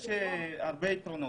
ויש לו הרבה יתרונות.